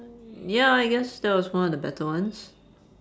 ya I guess that was one of the better ones